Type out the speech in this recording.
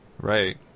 Right